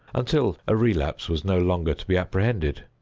until a relapse was no longer to be apprehended.